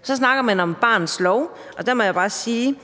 og så snakker man om barnets lov. Der må jeg bare sige,